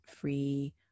free